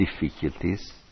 difficulties